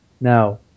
Now